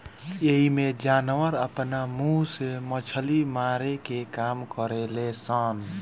एइमें जानवर आपना मुंह से मछली मारे के काम करेल सन